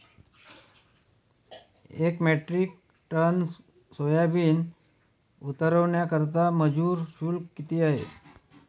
एक metric ton soybean उतरवण्याकरता मजूर शुल्क किती आहे?